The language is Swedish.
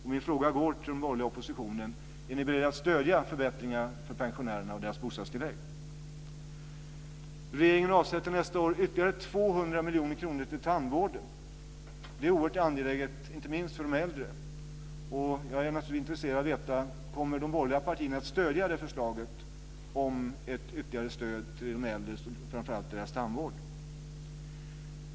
Min fråga går till de borgerliga, till oppositionen: Är ni beredda att stödja förbättringarna för pensionärerna och deras bostadstillägg? Regeringen avsätter nästa år ytterligare 200 miljoner kronor till tandvården. Det är oerhört angeläget, inte minst för de äldre, och jag är naturligtvis intresserad av att veta om de borgerliga partierna kommer att stödja förslaget om ett ytterligare stöd till de äldre framför allt för deras tandvård.